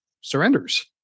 surrenders